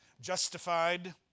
Justified